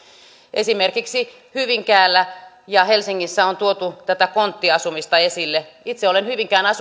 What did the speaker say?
esimerkiksi hyvinkäällä ja helsingissä on tuotu tätä konttiasumista esille itse olen hyvinkään